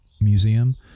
Museum